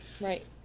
right